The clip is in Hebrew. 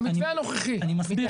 המתווה הנוכחי צריך להגיש בקשה?